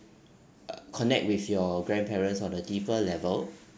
uh connect with your grandparents on a deeper level